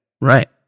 right